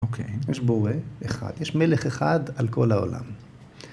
‫אוקיי, יש בורא אחד, ‫יש מלך אחד על כל העולם.